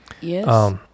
Yes